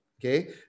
Okay